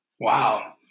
Wow